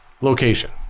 location